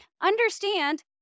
understand